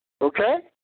Okay